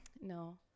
no